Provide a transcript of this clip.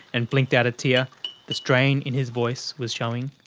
and blinked out a tear the strain in his voice was showing.